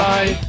Bye